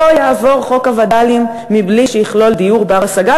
לא יעבור חוק הווד"לים בלי שיכלול דיור בר-השגה,